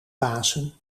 pasen